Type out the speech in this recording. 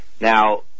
Now